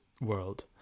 world